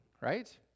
right